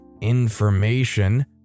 information